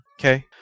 Okay